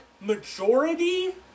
majority